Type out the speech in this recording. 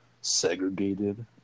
segregated